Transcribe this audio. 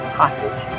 hostage